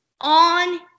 on